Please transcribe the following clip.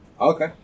Okay